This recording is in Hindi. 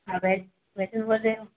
आप बोल रहे हो